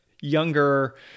younger